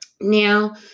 Now